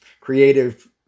creative